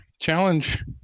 challenge